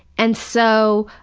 and so,